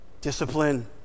discipline